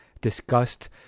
disgust